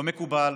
לא מקובל,